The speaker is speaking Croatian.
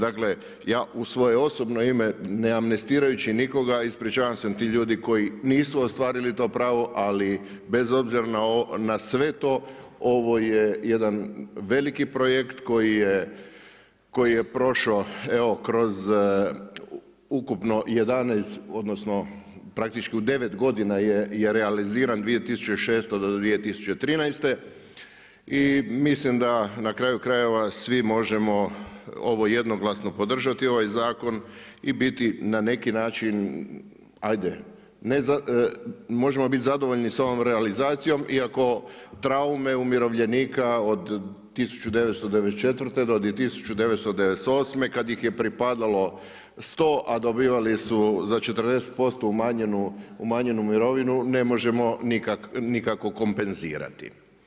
Dakle, ja u svoje osobno ime ne amnestirajući nikoga, ispričavam se tim ljudi koji nisu ostvarili to pravo, ali bez obzira na sve to, ovo je jedan veliki projekt koji je prošao, evo kroz ukupno 11, odnosno, praktički u 9 godina je realiziran 2006. do 2013. i mislim da na kraju krajeva svi možemo ovo jednoglasno podržavati ovaj zakon i biti na neki način, ajde, možemo biti zadovoljni s ovom realizacijom, iako traume umirovljenika od 1994.-1998. kad ih je pripadalo 100 a dobivali su za 40% umanjenu mirovinu, ne možemo nikako kompenzirati.